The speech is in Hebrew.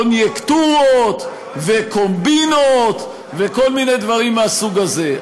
קוניונקטורות וקומבינות וכל מיני דברים מהסוג הזה.